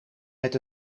met